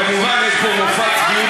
אתה עבריין פוליגמיה,